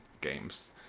games